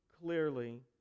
clearly